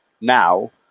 Now